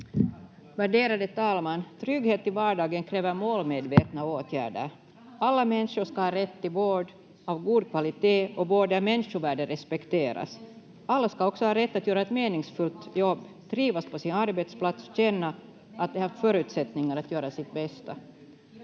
Värderade talman! Trygghet i vardagen kräver målmedvetna åtgärder. Alla människor ska ha rätt till vård av god kvalitet och vård där människovärdet respekteras. Alla ska också ha rätt att göra ett meningsfullt jobb, trivas på sin arbetsplats, känna att de har förutsättningar att göra sitt bästa.